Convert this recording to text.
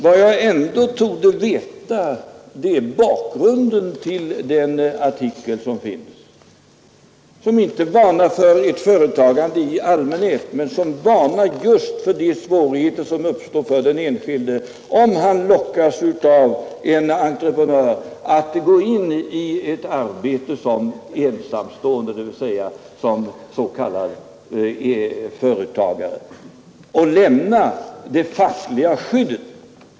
Vad jag ändå torde veta är bakgrunden till den artikel som nämndes. Den varnar inte för ett företagande i allmänhet utan för de svårigheter som möter den enskilde, om han lockas av en entreprenör att gå in i ett arbete såsom ensamstående, dvs. som s.k. företagare, och lämnar det fackliga skyddet.